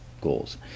goals